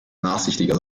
nachsichtiger